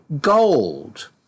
gold